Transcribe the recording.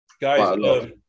Guys